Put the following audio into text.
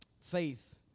faith